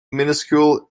minuscule